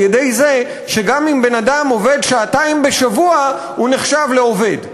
על-ידי זה שגם אם בן-אדם עובד שעתיים בשבוע הוא נחשב לעובד,